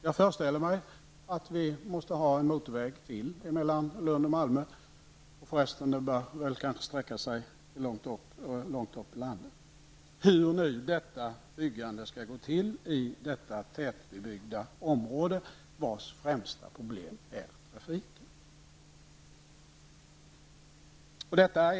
Jag föreställer mig att man måste bygga ytterligare en motorväg mellan Malmö och Lund som sträcker sig en god bit norröver -- hur nu ett motorvägsbygge skall gå till i detta tätbygda område, vars främsta problem är trafiken.